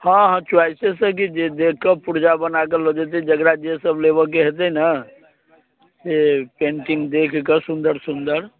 हँ हँ चोइसेसँ कि जे जे देखिकऽ पुर्जा बनाकऽ लऽ जयतै जकरा बनाके जे सभ लेबऽके होयतै ने से पेन्टिङ्ग देखि कऽ सुन्दर सुन्दर